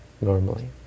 normally